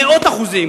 במאות אחוזים.